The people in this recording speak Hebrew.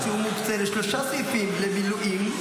הוא מוקצה לשלושה סעיפים: למילואים,